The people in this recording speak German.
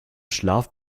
schlaf